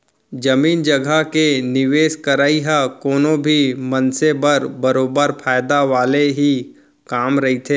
जमीन जघा के निवेस करई ह कोनो भी मनसे बर बरोबर फायदा वाले ही काम रहिथे